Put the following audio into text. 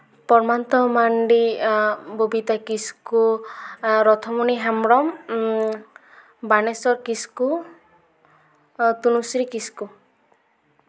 ᱯᱨᱚᱢᱟᱱᱛᱚ ᱢᱟᱱᱰᱤ ᱵᱚᱵᱤᱛᱟ ᱠᱤᱥᱠᱩ ᱨᱚᱛᱷᱚᱢᱚᱱᱤ ᱦᱮᱢᱵᱨᱚᱢ ᱵᱟᱱᱮᱥᱚᱨ ᱠᱤᱥᱠᱩ ᱛᱩᱱᱩᱥᱨᱤ ᱠᱤᱥᱠᱩ